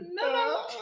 no